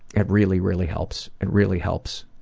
it really, really helps. it really helps